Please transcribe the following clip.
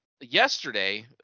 yesterday